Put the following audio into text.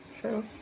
true